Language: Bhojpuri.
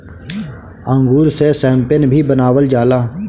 अंगूर से शैम्पेन भी बनावल जाला